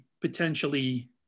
potentially